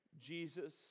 Jesus